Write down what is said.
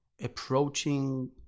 approaching